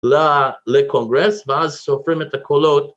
לקונגרס ואז סופרים את הקולות